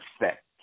effect